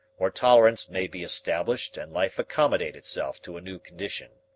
or tolerance may be established and life accommodate itself to a new condition.